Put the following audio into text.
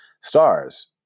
stars